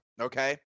Okay